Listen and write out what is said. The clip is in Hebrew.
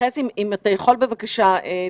אם אתה יכול בבקשה,